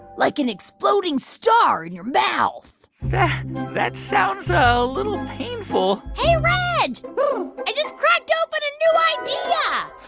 like an exploding star in your mouth that sounds a little painful hey, reg i just cracked open a new idea yeah